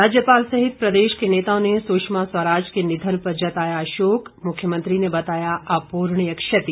राज्यपाल सहित प्रदेश के नेताओं ने सुषमा स्वराज के निधन पर जताया शोक मुख्यमंत्री ने बताया अपूर्णीय क्षति